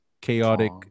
chaotic